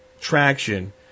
traction